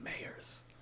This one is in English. mayors